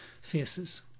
faces